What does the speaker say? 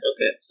Okay